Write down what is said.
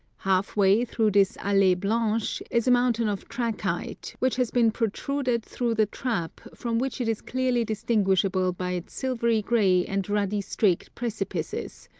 half-way through this all e blanche is a mountain of trachyte, which has been protruded through the trap, from which it is clearly distinguish able by its silvery gray and ruddy streaked precipices,